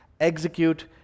execute